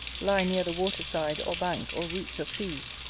lie near the water-side or bank, or roots of trees,